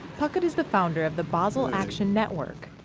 puckett is the founder of the basel action network,